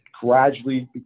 gradually